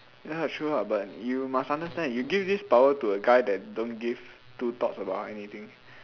ya true ah but you must understand you give this power to a guy that don't give two thoughts about anything